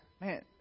man